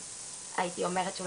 הייתי אומרת שאנחנו